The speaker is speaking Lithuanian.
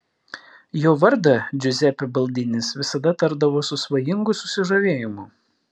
jo vardą džiuzepė baldinis visada tardavo su svajingu susižavėjimu